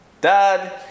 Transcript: Dad